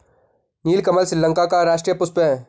नीलकमल श्रीलंका का राष्ट्रीय पुष्प है